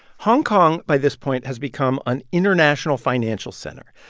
hong kong, by this point, has become an international financial center.